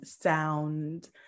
sound